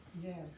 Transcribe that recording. Yes